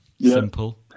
simple